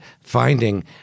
finding